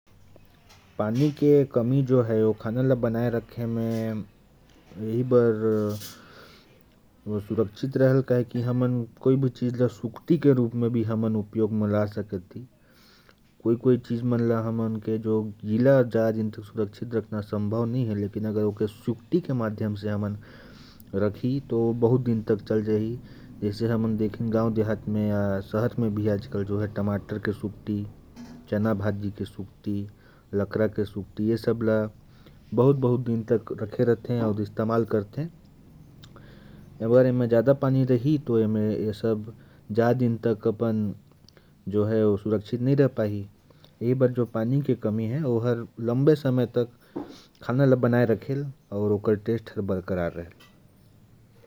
पानी की कमी होने पर खाने को सुरक्षित बनाए रखना जरूरी है। कहने का मतलब है कि कोई भी चीज को हम सूखी के रूप में उपयोग में ला सकते हैं। कुछ चीजों को गीला रखकर ज्यादा दिन तक रखना संभव नहीं है। और हम आम तौर पर देख सकते हैं कि टमाटर, लकड़ी, चना, भाजी आदि को सूखा कर रखते हैं और धीरे-धीरे उनका उपयोग करते हैं।